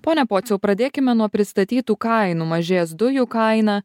pone pociau pradėkime nuo pristatytų kainų mažės dujų kaina